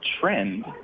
trend